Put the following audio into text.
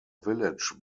village